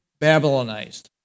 Babylonized